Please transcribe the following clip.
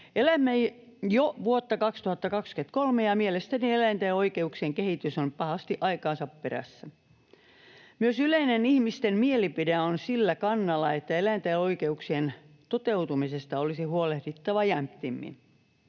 Elämme jo vuotta 2023, ja mielestäni eläinten oikeuksien kehitys on pahasti aikaansa perässä. Myös ihmisten yleinen mielipide on sillä kannalla, että eläinten oikeuksien toteutumisesta olisi huolehdittava jämptimmin.